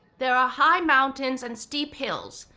there are high mountains and steep hills,